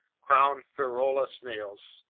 crowned ferola snails,